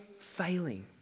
failing